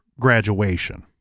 graduation